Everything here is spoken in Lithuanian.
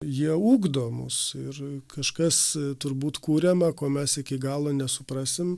jie ugdo mus ir kažkas turbūt kuriama ko mes iki galo nesuprasim